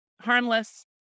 harmless